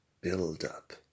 build-up